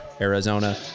Arizona